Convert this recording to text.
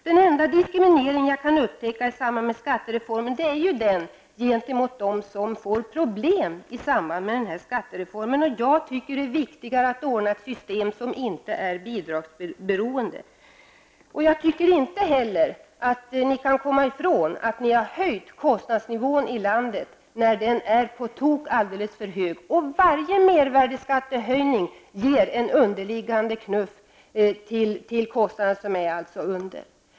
Den enda diskriminering jag kan upptäcka i samband med skattereformen är den gentemot dem som får problem i samband med den. Jag tycker att det är viktigare att skapa ett system som inte är bidragsberoende. Ni kan inte komma ifrån att ni har höjt kostnadsnivån när den redan är på tok alldeles för hög. Varje mervärdeskattehöjning ger en knuff på underliggande kostnader.